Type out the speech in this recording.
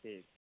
ठीक